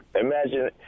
imagine